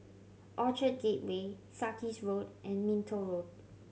Orchard Gateway Sarkies Road and Minto Road